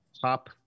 top